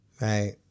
Right